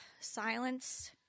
silence